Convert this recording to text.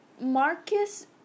Marcus